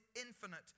infinite